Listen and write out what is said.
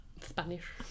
Spanish